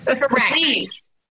Please